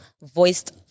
voiced